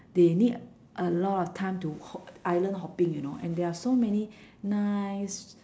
they need a lot of time to hop island hopping you know and there are so many nice